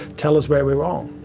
tell us where we're wrong.